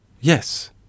Yes